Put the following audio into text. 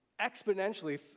exponentially